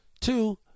Two